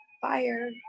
Fire